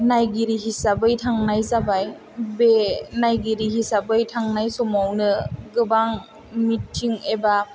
नायगिरि हिसाबै थांनाय जाबाय बे नायगिरि हिसाबै थांनाय समावनो गोबां मिथिं एबा